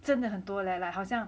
真的很多 leh like 好像